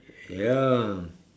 ya